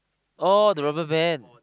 oh the rubber band